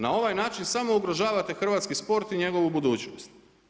Na ovaj način samo ugrožavate hrvatski sport i njegovu budućnost.